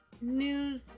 news